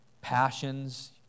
passions